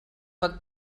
pot